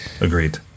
agreed